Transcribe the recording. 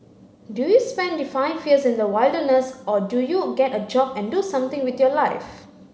do you spend five years in the wilderness or do you get a job and do something with your life